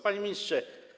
Panie Ministrze!